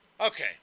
Okay